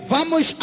Vamos